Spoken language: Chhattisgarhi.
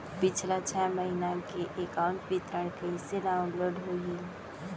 पिछला छः महीना के एकाउंट विवरण कइसे डाऊनलोड होही?